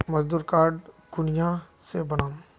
मजदूर कार्ड कुनियाँ से बनाम?